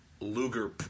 Luger